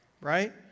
right